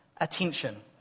attention